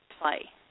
play